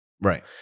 Right